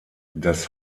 das